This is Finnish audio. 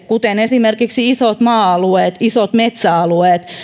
kuten esimerkiksi isoihin maa alueisiin isoihin metsäalueisiin